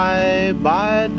Bye-bye